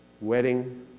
wedding